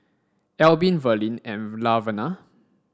Albin Verlene and Laverna